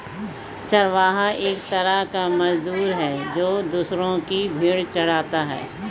चरवाहा एक तरह का मजदूर है, जो दूसरो की भेंड़ चराता है